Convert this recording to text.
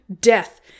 death